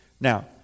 Now